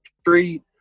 street